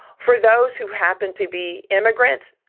for those who happen to be immigrants,